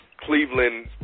Cleveland